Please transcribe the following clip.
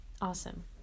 Awesome